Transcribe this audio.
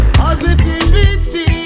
positivity